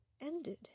ended